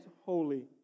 holy